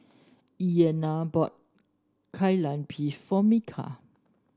Ayana bought Kai Lan Beef for Micah